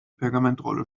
pergamentrolle